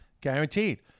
guaranteed